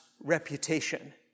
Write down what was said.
reputation